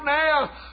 now